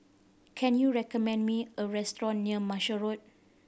can you recommend me a restaurant near Marshall Road